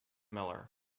miller